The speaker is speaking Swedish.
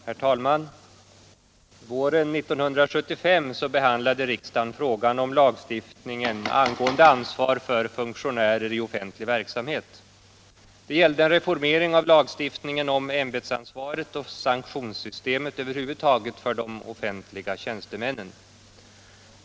Herr talman! Våren 1975 behandlade riksdagen frågan om lagstiftningen angående ansvar för funktionärer i offentlig verksamhet. Det gällde en reformering av lagstiftningen om ämbetsansvaret och sanktionssystemet över huvud taget för de offentliga tjänstemännen.